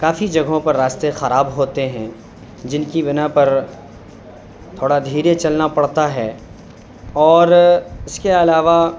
کافی جگہوں پر راستے خراب ہوتے ہیں جن کی بنا پر تھوڑا دھیرے چلنا پڑتا ہے اور اس کے علاوہ